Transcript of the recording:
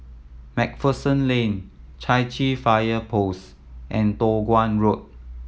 Macpherson Lane Chai Chee Fire Post and Toh Guan Road